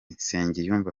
nsengiyumva